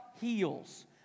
heals